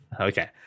okay